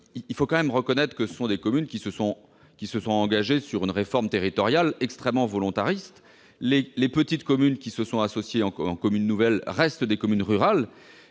Il faut quand même reconnaître que ces communes se sont engagées dans une réforme territoriale extrêmement volontariste. Les petites communes qui se sont associées en communes nouvelles restent des communes rurales